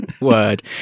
word